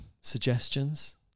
suggestions